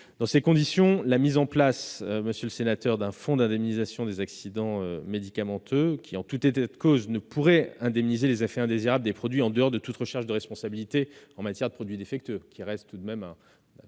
Dans ces conditions, la mise en place d'un fonds d'indemnisation des accidents médicamenteux, qui, en tout état de cause, ne pourrait indemniser les effets indésirables des produits en dehors de toute recherche de responsabilité en matière de produits défectueux, ne nous apparaît pas